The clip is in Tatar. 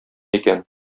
икән